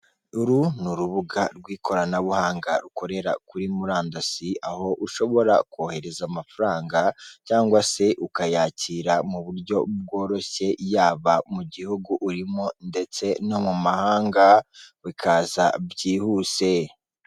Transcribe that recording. Uru ni urubuga rw'ikoranabuhanga rukorera kuri murandasi, aho ushobora kohereza amafaranga cyangwa se ukayakira mu buryo bworoshye, yaba mu gihugu urimo ndetse no mu mahanga bikaza byihuse.